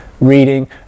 Reading